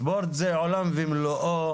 ספורט זה עולם ומלואו,